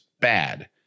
bad